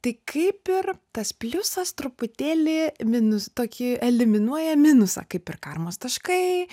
tai kaip ir tas pliusas truputėlį minus tokį eliminuoja minusą kaip ir karmos taškai